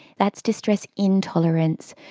that's distress intolerance,